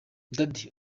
daddy